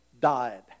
died